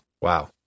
Wow